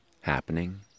happening